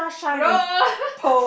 wrong